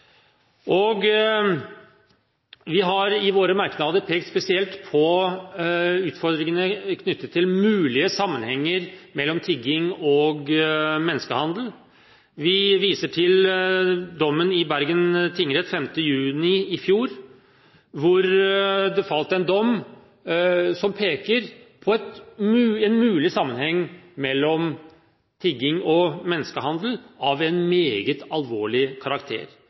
virkemidlene. Vi har i våre merknader pekt spesielt på utfordringene knyttet til mulige sammenhenger mellom tigging og menneskehandel. Vi viser til dommen i Bergen tingrett 5. juni i fjor, der man peker på en mulig sammenheng mellom tigging og menneskehandel av en meget alvorlig karakter.